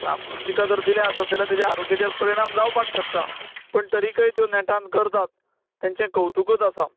साम तिका जर दिलें आसत जाल्यार तें तिच्या आरोग्याचेर परिणाम जावपाक शकता पण तरीकय त्यो नेटान करता तेंचें कवतुकूच आसा